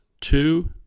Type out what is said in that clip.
two